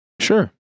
Sure